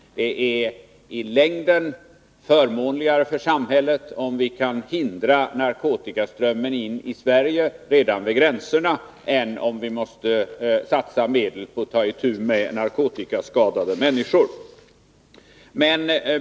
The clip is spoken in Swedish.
Det är i längden förmånligare för samhället, om vi kan hindra narkotikaströmmen in i Sverige redan vid gränserna, än om vi måste satsa medel på att ta itu med narkotikaskadade människor.